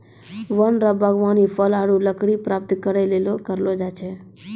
वन रो वागबानी फल आरु लकड़ी प्राप्त करै लेली करलो जाय छै